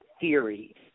theory